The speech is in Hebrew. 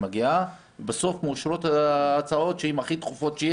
ובסוף מאושרות ההצעות הכי דחופות.